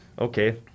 okay